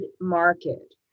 market